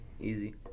Easy